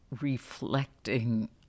reflecting